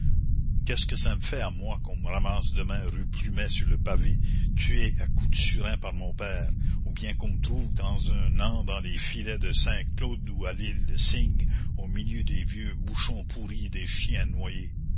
qu'est-ce que ça me fait à moi qu'on me ramasse demain rue plumet sur le pavé tuée à coups de surin par mon père ou bien qu'on me trouve dans un an dans les filets de saint-cloud ou à l'île des cygnes au milieu des vieux bouchons pourris et des chiens noyés